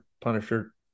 Punisher